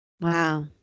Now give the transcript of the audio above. Wow